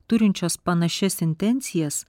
turinčios panašias intencijas